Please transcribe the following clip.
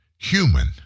Human